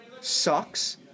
Sucks